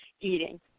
eating